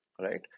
right